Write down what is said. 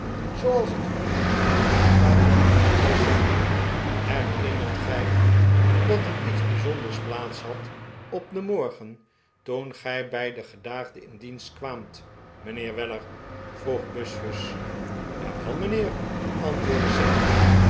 zooals t u belieft ede'lachtbare zei sam herirmert gij u dat er lets bijzonders plaats had op den morgen to en gij bij den gedaagde in dienst kwaamt mijnheer weiler vroeg buzfuz jawel mijnheer antwoordde sam